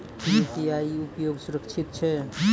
UPI उपयोग सुरक्षित छै?